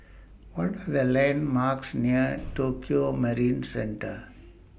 What Are The landmarks near Tokio Marine Centre